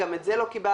גם את זה לא קיבלנו.